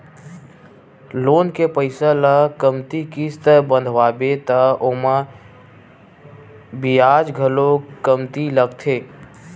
loan के पइसा ल कमती किस्त बंधवाबे त ओमा बियाज घलो कमती लागथे